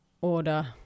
order